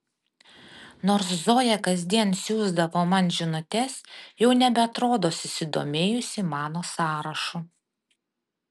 nors zoja kasdien siųsdavo man žinutes jau nebeatrodo susidomėjusi mano sąrašu